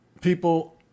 people